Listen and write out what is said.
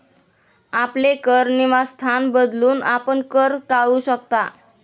आपले कर निवासस्थान बदलून, आपण कर टाळू शकता